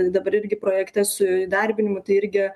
dabar irgi projekte su įdarbinimu tai irgi